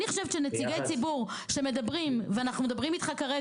אני חושבת שנציגי ציבור שמדברים כאן,